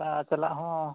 ᱞᱟᱦᱟ ᱪᱟᱞᱟᱜ ᱦᱚᱸ